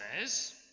says